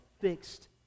fixed